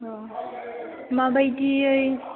अ माबायदियै